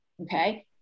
Okay